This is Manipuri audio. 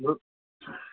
ꯃꯔꯨꯞ